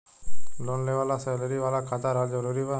Loan लेवे ला salary वाला खाता रहल जरूरी बा?